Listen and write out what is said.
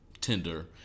Tinder